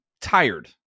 tired